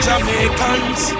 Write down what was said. Jamaicans